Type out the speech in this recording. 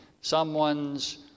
someone's